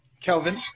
Kelvin